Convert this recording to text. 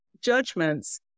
judgments